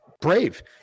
brave